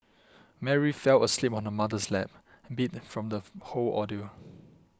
Mary fell asleep on her mother's lap beat from this whole ordeal